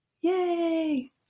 yay